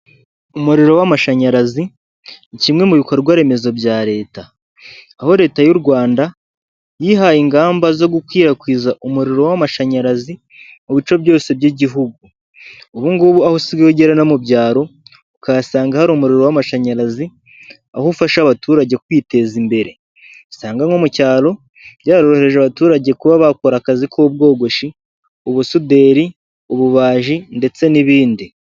Umuriro w'amashanyarazi kimwe mu bikorwa remezo bya leta, aho leta y'u Rwanda yihaye ingamba zo gukwirakwiza umuriro w'amashanyarazi mu bice byose by'igihugu, ubugubu aho usiga ugera no mu byaro ukahasanga hari umuriro w'amashanyarazi aho ufasha abaturage kwiteza imbere, usanga nko mu cyaro byaroheje abaturage kuba bakora akazi k'ubwogoshi, ubusuderi, ububaji, ndetse n'ibindi.